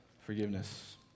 forgiveness